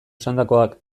esandakoak